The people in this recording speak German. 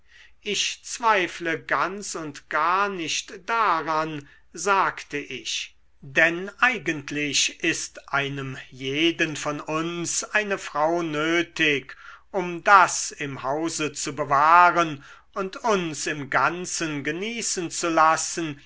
ich zweifle ganz und gar nicht daran sagte ich denn eigentlich ist einem jeden von uns eine frau nötig um das im hause zu bewahren und uns im ganzen genießen zu lassen